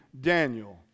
Daniel